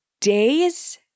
days